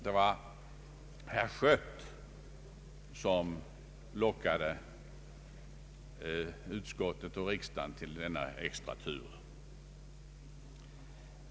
Det var herr Schött som lockade utskottet och riksdagen till denna extratur.